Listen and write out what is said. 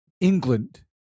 England